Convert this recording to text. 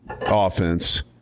offense